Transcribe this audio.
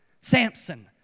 Samson